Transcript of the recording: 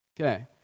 Okay